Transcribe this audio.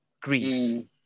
Greece